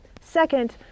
Second